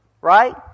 Right